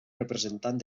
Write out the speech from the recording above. representant